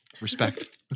respect